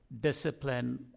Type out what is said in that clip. discipline